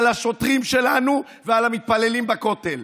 על השוטרים שלנו ועל המתפללים בכותל.